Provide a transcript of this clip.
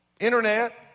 Internet